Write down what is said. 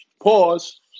pause